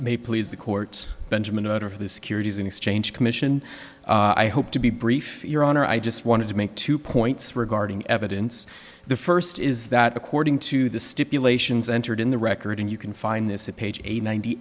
may please the court benjamin an order of the securities and exchange commission i hope to be brief your honor i just wanted to make two points regarding evidence the first is that according to the stipulations entered in the record and you can find this a page eighty ninety